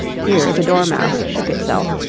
here the dormouse shook itself,